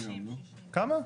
כמה?